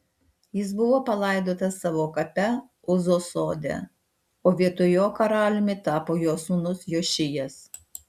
jis buvo palaidotas savo kape uzos sode o vietoj jo karaliumi tapo jo sūnus jošijas